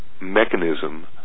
mechanism